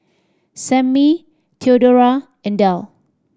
Sammy Theodora and Del